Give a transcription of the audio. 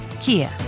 Kia